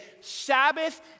Sabbath